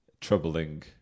troubling